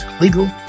legal